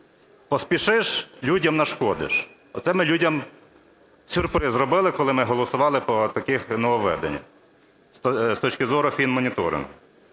Поспішиш – людям нашкодиш. Оце ми людям сюрприз зробили, коли ми голосували по таких нововведеннях з точки зору фінмоніторингу.